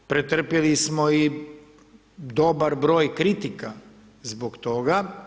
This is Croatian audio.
Pretrpjeli smo i dobar broj kritika zbog toga.